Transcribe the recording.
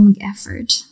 effort